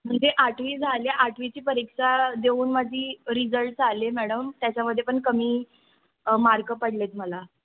म्हणजे आठवी झाली आहे आठवीची परीक्षा देऊन माझी रिझल्ट्स आले मॅडम त्याच्यामध्ये पण कमी मार्क पडले आहेत मला